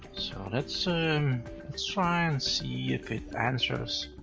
let's so um try and see if it answers.